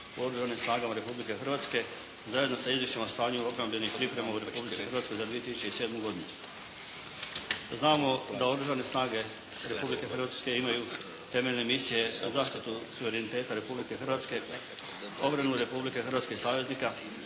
u Oružanim snagama Republike Hrvatske zajedno sa izvješćima o stanju obrambenih priprema u Republici Hrvatskoj za 2007. godinu. Znamo da Oružane snage Republike Hrvatske imaju temeljne misije za zaštitu suvereniteta Republike Hrvatske, obranu Republike Hrvatske i saveznika,